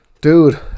dude